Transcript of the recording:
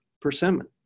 persimmon